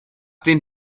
den